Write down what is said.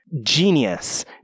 genius